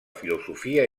filosofia